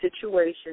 situation